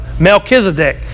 Melchizedek